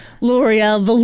L'Oreal